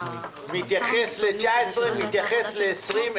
והוא מתייחס ל-2019 ומתייחס ל-2020.